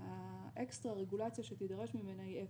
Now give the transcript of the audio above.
האקסטרה רגולציה שתידרש ממנה היא אפס.